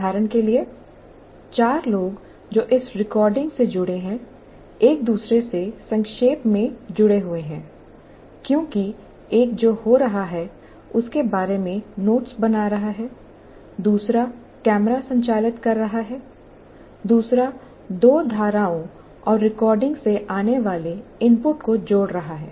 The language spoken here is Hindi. उदाहरण के लिए चार लोग जो इस रिकॉर्डिंग से जुड़े हैं एक दूसरे से संक्षेप में जुड़े हुए हैं क्योंकि एक जो हो रहा है उसके बारे में नोट्स बना रहा है दूसरा कैमरा संचालित कर रहा है दूसरा दो धाराओं और रिकॉर्डिंग से आने वाले इनपुट को जोड़ रहा है